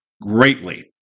greatly